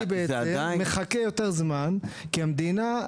אני בעצם מחכה יותר זמן כי המדינה,